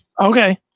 okay